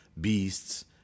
beasts